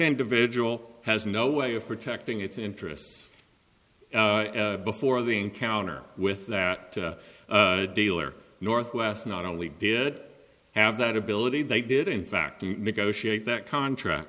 individual has no way of protecting its interests before the encounter with that to a dealer northwest not only did it have that ability they did in fact negotiate that contract